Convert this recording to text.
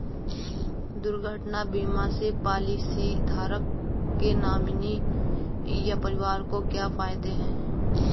दुर्घटना बीमा से पॉलिसीधारक के नॉमिनी या परिवार को क्या फायदे हैं?